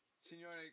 Signore